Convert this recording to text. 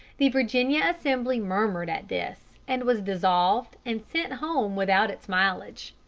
the virginia assembly murmured at this, and was dissolved and sent home without its mileage.